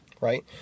right